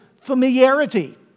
familiarity